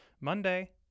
Monday